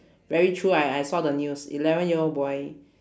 very true I I saw the news eleven year old boy